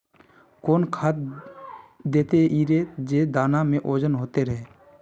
कौन खाद देथियेरे जे दाना में ओजन होते रेह?